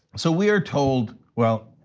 so we are told, well,